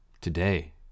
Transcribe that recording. Today